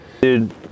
Dude